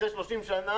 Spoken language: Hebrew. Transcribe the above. אחרי 30 שנים,